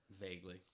Vaguely